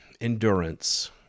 endurance